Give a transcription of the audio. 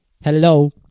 Hello